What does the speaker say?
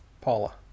Paula